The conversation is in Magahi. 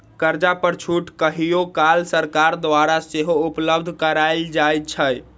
कर्जा पर छूट कहियो काल सरकार द्वारा सेहो उपलब्ध करायल जाइ छइ